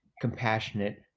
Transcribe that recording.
compassionate